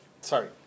Sorry